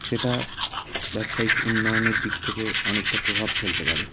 সেটা ব্যবসায়িক উন্নয়নের দিক থেকে অনেকটা প্রভাব ফেলতে পারে